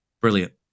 Brilliant